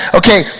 okay